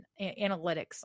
analytics